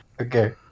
Okay